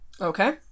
Okay